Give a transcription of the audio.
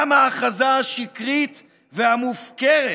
גם ההכרזה השקרית והמופקרת